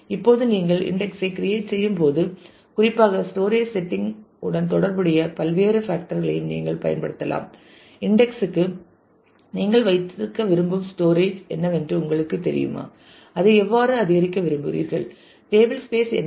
இப்போது நீங்கள் இன்டெக்ஸ் ஐ கிரியேட் செய்யும் போது குறிப்பாக ஸ்டோரேஜ் செட்டிங் உடன் தொடர்புடைய பல்வேறு பேக்டர் களையும் நீங்கள் பயன்படுத்தலாம் இன்டெக்ஸ் க்கு நீங்கள் வைத்திருக்க விரும்பும் ஸ்டோரேஜ் என்னவென்று உங்களுக்குத் தெரியுமா அதை எவ்வாறு அதிகரிக்க விரும்புகிறீர்கள் டேபிள் ஸ்பேஸ் என்ன